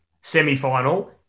semi-final